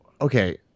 okay